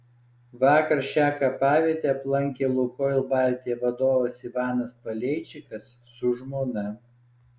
vakar šią kapavietę aplankė lukoil baltija vadovas ivanas paleičikas su žmona